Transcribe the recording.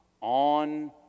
On